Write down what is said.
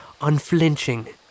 unflinching